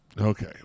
Okay